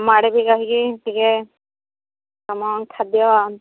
ଆମ ଆଡ଼େ ବି ରହିକି ଟିକେ ତୁମ ଖାଦ୍ୟ